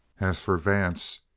as for vance,